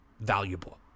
valuable